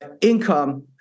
income